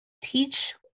teach